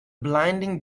blinding